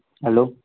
hello